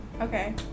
okay